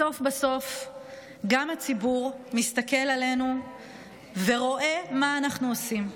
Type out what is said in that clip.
בסוף בסוף גם הציבור מסתכל עלינו ורואה מה אנחנו עושים.